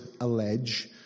allege